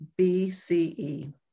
BCE